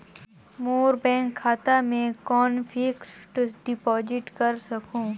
मोर bank खाता मे कौन फिक्स्ड डिपॉजिट कर सकहुं?